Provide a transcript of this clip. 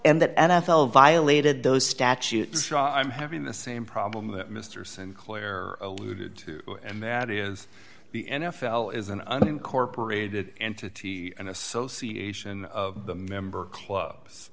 and that n f l violated those statutes i'm having the same problem that mr sinclair alluded to and that is the n f l is an unincorporated entity an association of the member cl